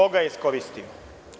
Ko ga je iskoristio?